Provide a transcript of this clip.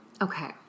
okay